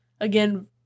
Again